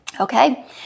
Okay